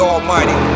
Almighty